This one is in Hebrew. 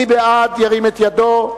של חברי הכנסת אורית זוארץ,